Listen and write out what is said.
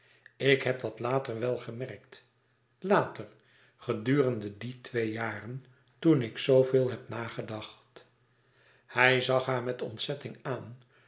ik heb dat later wel gemerkt later gedurende die twee jaren toen ik zoo veel heb nagedacht hij zag haar met ontzetting aan